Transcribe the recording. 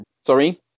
Sorry